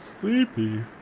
sleepy